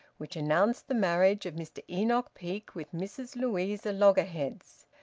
which announced the marriage of mr enoch peake with mrs louisa loggerheads.